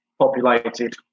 populated